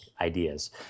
ideas